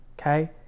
okay